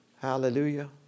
Hallelujah